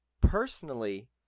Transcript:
personally